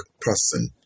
person